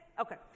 Okay